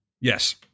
Yes